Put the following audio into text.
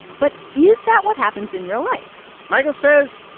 but is that what happens in real life? michael says,